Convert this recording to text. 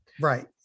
Right